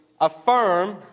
affirm